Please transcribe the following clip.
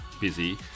busy